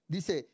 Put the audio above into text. Dice